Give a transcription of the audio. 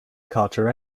carter